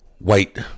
White